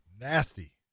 nasty